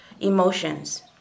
emotions